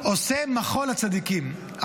עושה מחול לצדיקים.